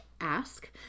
ask